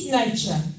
nature